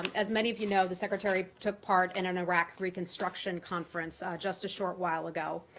as many of you know, the secretary took part in an iraq reconstruction conference just a short while ago.